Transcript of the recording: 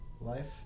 life